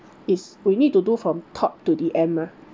is we need to do from top to the end mah